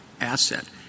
asset